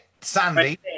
sandy